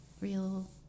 real